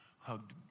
hugged